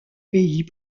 pays